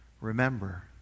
remember